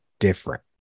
different